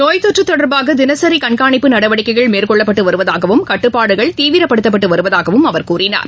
நோய்த்தொற்றுதொடர்பாகதினசிகண்காணிப்பு நடவடிக்கைகள் மேற்கொள்ளப்பட்டுவருவதாகவும் கட்டுப்பாடுகள் தீவிரப்படுத்தப்பட்டுவருவதாகவும் அவர் கூறினார்